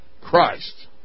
Christ